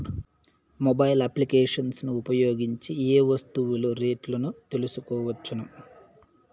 Mobile applications ను ఉపయోగించి ఏ ఏ వస్తువులు రేట్లు తెలుసుకోవచ్చును?